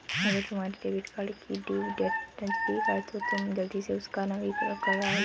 अगर तुम्हारे debit card की ड्यू डेट नज़दीक है तो तुम जल्दी से उसका नवीकरण करालो